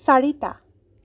চাৰিটা